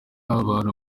abantu